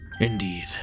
Indeed